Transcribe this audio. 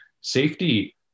safety